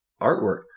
artwork